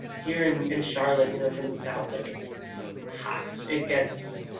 here in in charlotte you know it's in the south, like it's hot, it gets.